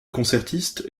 concertiste